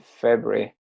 February